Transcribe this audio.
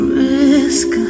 risk